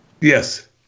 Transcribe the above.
Yes